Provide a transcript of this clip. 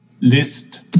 list